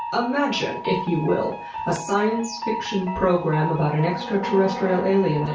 imagine, if you a science fiction program about an extraterrestrial alien